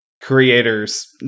creators